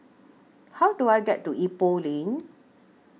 How Do I get to Ipoh Lane